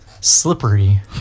slippery